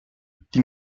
die